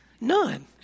None